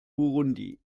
burundi